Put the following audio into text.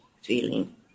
feeling